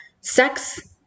sex